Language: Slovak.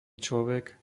človek